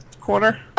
corner